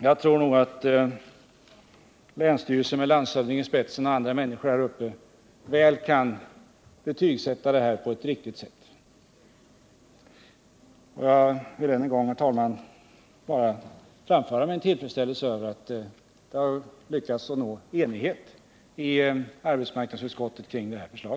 Jag tror att länsstyrelsen med landshövdingen i spetsen och andra där uppe förmår betygsätta detta på ett riktigt sätt. Jag ber än en gång, herr talman, att få framföra min tillfredsställelse över att man har lyckats uppnå enighet i arbetsmarknadsutskottet kring dessa förslag.